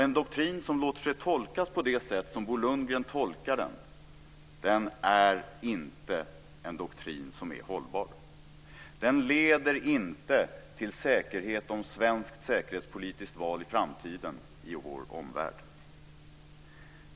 En doktrin som låter sig tolkas på det sätt som Bo Lundgren tolkar den är inte en doktrin som är hållbar. Den leder inte till säkerhet om svenskt säkerhetspolitiskt val i framtiden i vår omvärld.